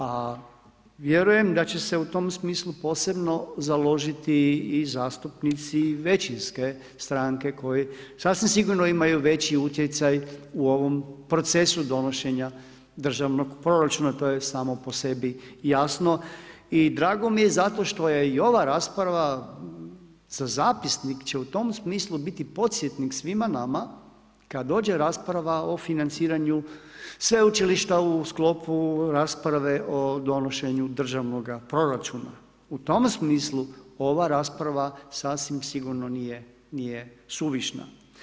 A vjerujem da će se u tom smislu posebno založiti i zastupnici većinske stranke koji sasvim sigurno imaju veći utjecaj u ovom procesu donošenja državnog proračuna, to je samo po sebi jasno i drago mi je zato što je ova rasprava, za zapisnik će u tom smislu biti podsjetnik svima nama, kad dođe rasprava o financiranju Sveučilišta u sklopu rasprave o donošenju državnoga proračuna, u tom smislu ova rasprava sasvim sigurno nije suvišna.